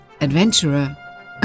adventurer